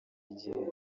igihe